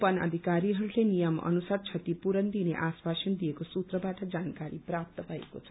बन अधिकारीहरूले नियम अनुसार क्षतिपूरण दिने आश्वासन दिएको सूत्रबाट जानकारी प्राप्त भएको छ